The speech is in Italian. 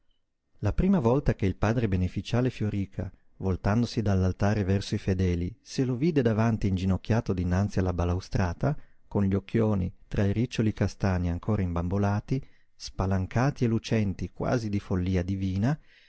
la prima volta che il padre beneficiale fioríca voltandosi dall'altare verso i fedeli se lo vide davanti inginocchiato dinanzi alla balaustrata con gli occhioni tra i riccioli castani ancora imbambolati spalancati e lucenti quasi di follia divina